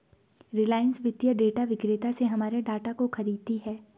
रिलायंस वित्तीय डेटा विक्रेता से हमारे डाटा को खरीदती है